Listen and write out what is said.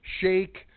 shake